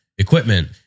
equipment